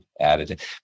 added